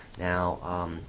Now